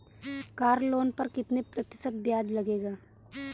Car loan पर कितने प्रतिशत ब्याज लगेगा?